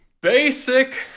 basic